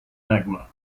magma